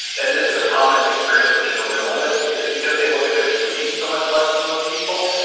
and this is a common experience with digital minimalists is because they look at their screens so much less than most people,